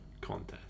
contest